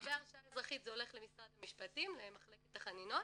לגבי הרשעה אזרחית זה הולך למשרד המשפטים מחלקת החנינות,